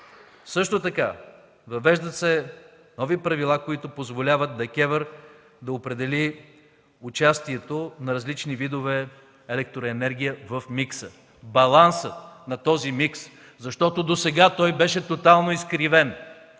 също така нови правила, които позволяват ДКЕВР да определи участието на различни видове електроенергия в микса, баланса на този микс. Досега той беше тотално изкривен